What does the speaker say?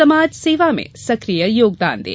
समाज सेवा में सक्रिय योगदान दें